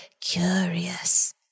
Curious